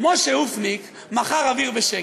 מוישה אופניק מכר אוויר בשקל,